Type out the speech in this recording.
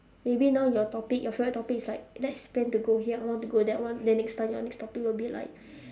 maybe now your topic your favorite topic is like let's plan to go here I want to go that one then next time your next topic would be like